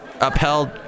upheld